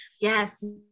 Yes